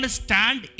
stand